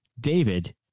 David